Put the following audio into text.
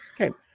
Okay